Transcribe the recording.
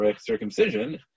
circumcision